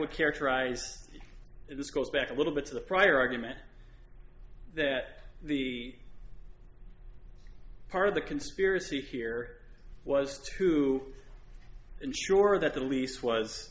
would characterize this goes back a little bit to the prior argument that the part of the conspiracy here was to ensure that the lease was